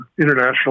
international